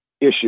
issue